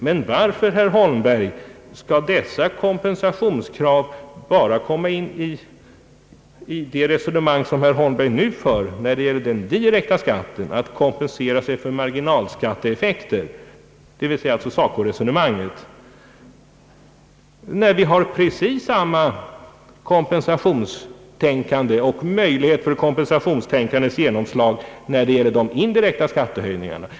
Men varför, herr Holmberg, skall dessa kompensationskrav endast komma in i det resonemang som herr Holmberg nu för när det gäller den direkta skatten och innebära kompensation för marginalskatteeffekter, d.v.s. SACO-resonemanget, när vi har precis samma kompensationstänkande och möjlighet till kompensationstänkandets genomslag när det gäller de indirekta skattehöjningarna?